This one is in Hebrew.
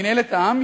מינהלת העם,